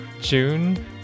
June